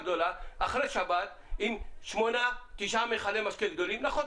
אחרי שבת עם שמונה-תשעה מכלי משקה גדולים נכון,